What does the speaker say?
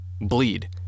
bleed